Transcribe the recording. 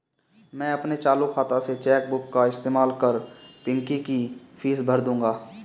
मैं अपने चालू खाता से चेक बुक का इस्तेमाल कर पिंकी की फीस भर दूंगा